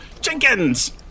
Jenkins